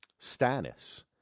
Stannis